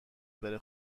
بره